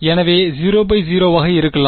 எனவே 0 பை 0 ஆக இருக்கலாம்